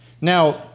Now